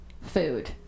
food